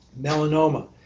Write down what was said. melanoma